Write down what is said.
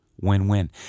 Win-win